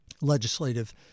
legislative